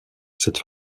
cette